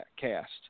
cast